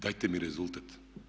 Dajte mi rezultat.